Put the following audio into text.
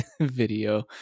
video